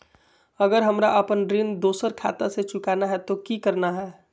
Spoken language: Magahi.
अगर हमरा अपन ऋण दोसर खाता से चुकाना है तो कि करना है?